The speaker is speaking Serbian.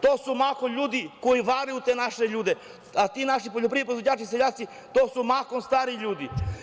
To su mahom ljudi koji varaju te naše ljude, a ti naši poljoprivredni proizvođači, seljaci, to su mahom stari ljudi.